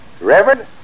Reverend